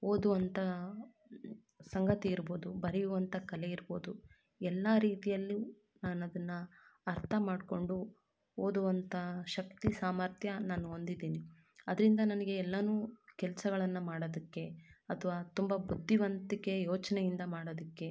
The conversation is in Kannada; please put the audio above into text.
ಓದುವಂಥ ಸಂಗತಿ ಇರ್ಬೋದು ಬರೆಯುವಂಥ ಕಲೆ ಇರ್ಬೋದು ಎಲ್ಲ ರೀತಿಯಲ್ಲೂ ನಾನು ಅದನ್ನು ಅರ್ಥ ಮಾಡಿಕೊಂಡು ಓದುವಂಥ ಶಕ್ತಿ ಸಾಮರ್ಥ್ಯ ನಾನು ಹೊಂದಿದೀನಿ ಅದರಿಂದ ನನಗೆ ಎಲ್ಲನೂ ಕೆಲಸಗಳನ್ನ ಮಾಡೋದಕ್ಕೆ ಅಥವಾ ತುಂಬ ಬುದ್ಧಿವಂತಿಕೆ ಯೋಚನೆಯಿಂದ ಮಾಡೋದಕ್ಕೆ